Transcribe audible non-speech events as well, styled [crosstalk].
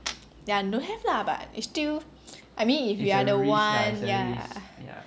ya don't have lah but it's still [noise] I mean if you are the one ya